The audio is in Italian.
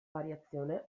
variazione